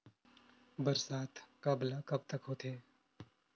बरसात कब ल कब तक होथे?